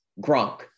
Gronk